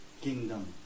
kingdom